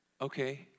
Okay